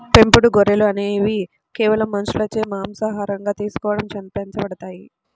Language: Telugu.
పెంపుడు గొర్రెలు అనేవి కేవలం మనుషులచే మాంసాహారంగా తీసుకోవడం పెంచబడతాయి